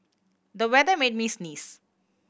the weather made me sneeze